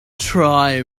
try